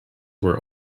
were